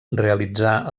realitzà